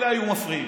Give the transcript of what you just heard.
אלה היו מפריעים,